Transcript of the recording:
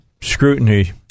scrutiny